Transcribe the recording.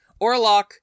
Orlock